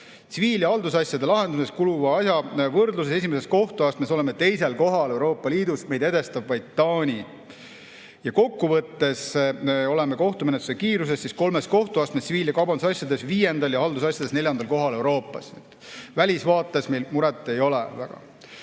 Tsiviil‑ ja haldusasjade lahendamiseks kuluva aja võrdluses esimeses kohtuastmes oleme teisel kohal Euroopa Liidus, meid edestab vaid Taani. Kokkuvõttes oleme kohtumenetluse kiiruse poolest kolmes kohtuastmes tsiviil‑ ja kaubandusasjades viiendal ja haldusasjades neljandal kohal Euroopas. Välisvaates meil muret väga